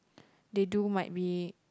they do might be